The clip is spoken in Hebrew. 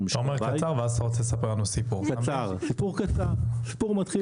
הסיפור מתחיל